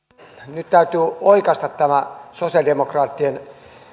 nyt täytyy oikaista tämä sosialidemokraattien malli